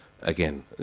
again